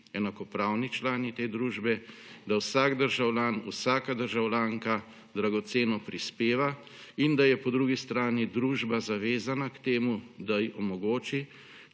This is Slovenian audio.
enakopravni člani te družbe, da vsak državljan, vsaka državljanka dragoceno prispeva in da je po drugi strani družba zavezana k temu, da ji omogoči,